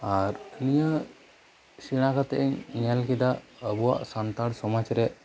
ᱟᱨ ᱱᱤᱭᱟᱹ ᱥᱮᱬᱟ ᱠᱟᱛᱮᱫ ᱤᱧ ᱧᱮᱞ ᱠᱮᱫᱟ ᱟᱵᱚᱣᱟᱜ ᱥᱟᱱᱛᱟᱲ ᱥᱚᱢᱟᱡᱽ ᱨᱮ